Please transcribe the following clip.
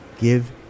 give